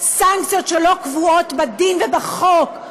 סנקציות שלא קבועות בדין ובחוק.